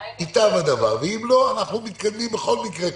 ייטב הדבר, ואם לא, אנחנו מתקדמים בכל מקרה.